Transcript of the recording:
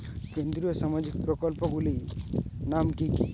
কেন্দ্রীয় সামাজিক প্রকল্পগুলি নাম কি কি?